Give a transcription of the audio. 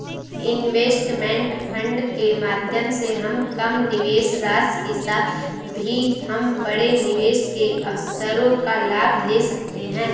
investment fund के माध्यम से हम कम निवेश राशि के साथ भी हम बड़े निवेश के अवसरों का लाभ ले सकते हैं